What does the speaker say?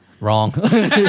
Wrong